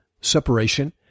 separation